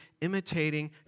imitating